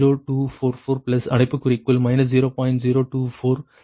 0244 plus அடைப்புக்குறியில் 0